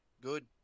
Good